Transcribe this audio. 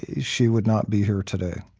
she would not be here today.